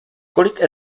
kolik